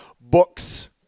books